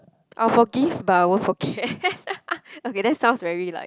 I'll forgive but I won't forget okay that's sounds very like